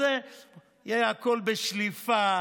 הכול יהיה בשליפה,